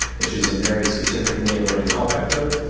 which is a very specific way of writing callback code.